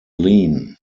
lean